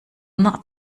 not